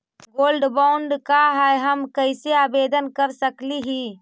Gold bond का है, हम कैसे आवेदन कर सकली ही?